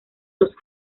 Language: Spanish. los